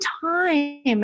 time